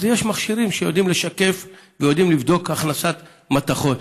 אז יש מכשירים שיודעים לשקף ויודעים לבדוק הכנסת מתכות.